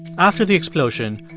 after the explosion,